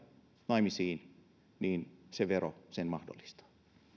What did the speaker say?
naimisiin se vero mahdollistaa